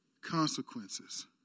consequences